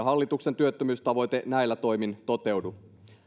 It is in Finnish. hallituksen työttömyystavoite näillä toimin toteudu